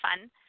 fun